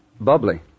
Bubbly